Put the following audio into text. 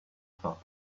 top